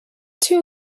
too